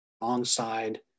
alongside